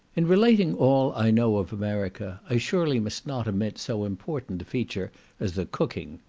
in relating all i know of america, i surely must not omit so important a feature as the cooking.